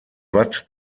watt